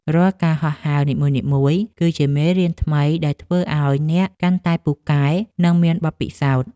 រាល់ការហោះហើរនីមួយៗគឺជាមេរៀនថ្មីដែលធ្វើឱ្យអ្នកកាន់តែពូកែ និងមានបទពិសោធន៍។